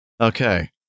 Okay